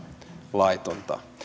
laitonta